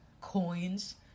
coins